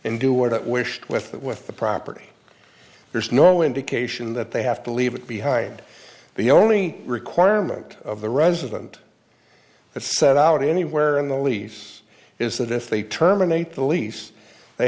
wished with with the property there's no indication that they have to leave it behind the only requirement of the resident that set out anywhere in the lease is that if they terminate the lease they